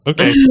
Okay